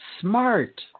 smart